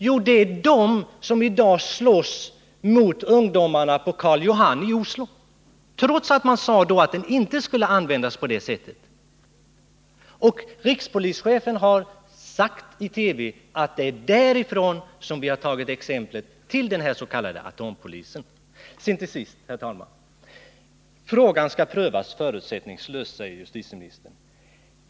Jo, det är den som i dag slåss mot ungdomarna 49 på ”Karl Johan” i Oslo — trots att man ursprungligen sade att den inte skulle användas på det sättet. Rikspolischefen har också i TV sagt att det är därifrån som vi har tagit exempel när det gäller den s.k. atompolisen. Till sist, herr talman! Frågan skall prövas förutsättningslöst, säger justitieministern.